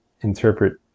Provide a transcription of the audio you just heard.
interpret